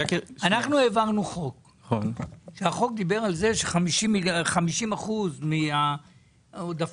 אנחנו העברנו חוק שדיבר על זה ש-50% מהעודפים